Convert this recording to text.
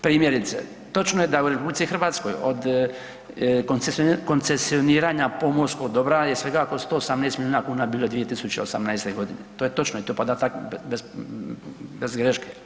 Primjerice, točno je da u RH od koncesioniranja pomorskog dobra je svega oko 118 milijuna kuna bilo 2018.g., to je točno i to je podatak bez greške.